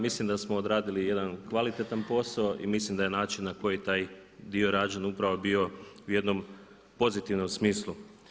Mislim da smo odradili jedan kvalitetan posao i mislim da je način na koji je taj dio rađen upravo bio u jednom pozitivnom smislu.